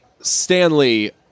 Stanley